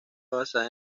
basada